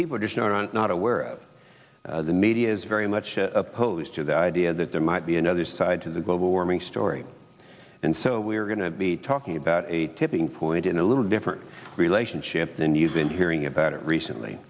people just aren't not aware of the media is very much opposed to the idea that there might be another side to the global warming story and so we're going to be talking about a tipping point in the law a different relationship than you've been hearing about it recently